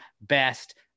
best